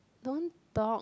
don't talk